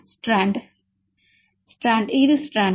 strand strand இது strand